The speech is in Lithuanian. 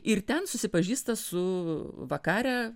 ir ten susipažįsta su vakare